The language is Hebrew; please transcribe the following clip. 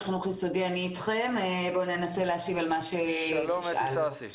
שמחים לראות אותך.